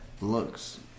looks